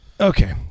Okay